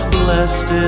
blessed